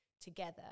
together